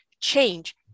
Change